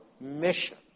mission